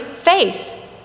faith